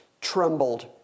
trembled